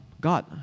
God